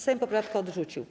Sejm poprawkę odrzucił.